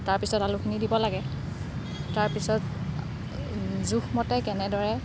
তাৰপিছত আলুখিনি দিব লাগে তাৰপিছত জোখমতে কেনেদৰে